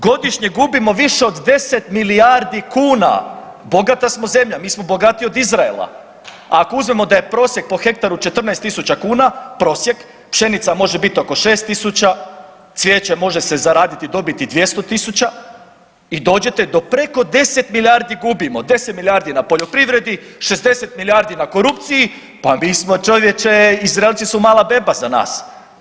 Godišnje gubimo više od 10 milijardi kuna, bogata smo zemlja, mi smo bogatiji od Izraela, a ako uzmemo da je prosjek po hektaru 14.000 kuna, prosjek pšenica može bit oko 6.000, cvijeće može se zaraditi i dobiti 200.000 i dođete do preko 10 milijardi gubimo, 10 milijardi na poljoprivredi, 60 milijardi na korupciji, pa mi smo čovječe, Izraelci su mala beba za nas.